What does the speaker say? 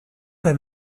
wenn